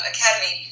Academy